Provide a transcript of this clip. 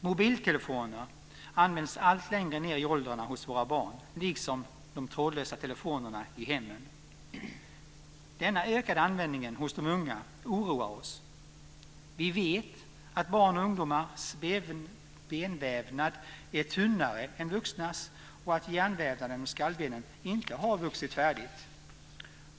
Mobiltelefoner används allt längre ned i åldrarna hos våra barn - liksom de trådlösa telefonerna i hemmen. Denna ökande användning hos de unga oroar oss. Vi vet att barns och ungdomars benvävnad är tunnare än vuxnas och att hjärnvävnaden och skallbenet inte har vuxit färdigt.